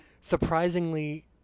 surprisingly